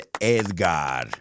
Edgar